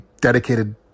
dedicated